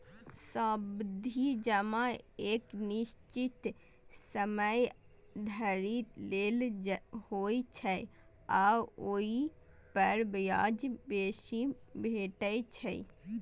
सावधि जमा एक निश्चित समय धरि लेल होइ छै आ ओइ पर ब्याज बेसी भेटै छै